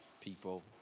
people